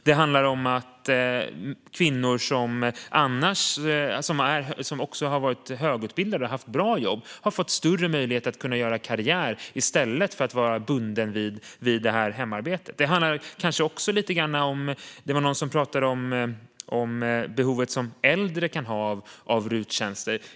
Det handlar om att också kvinnor som varit högutbildade och haft bra jobb har fått större möjlighet att göra karriär i stället för att vara bundna vid hemarbetet. Det handlar kanske också lite grann om, som någon tog upp, det behov som äldre kan ha av RUT-tjänster.